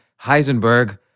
Heisenberg